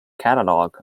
catalog